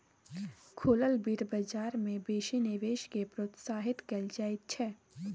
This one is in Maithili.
खुलल बित्त बजार मे बेसी निवेश केँ प्रोत्साहित कयल जाइत छै